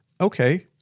Okay